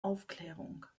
aufklärung